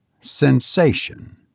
sensation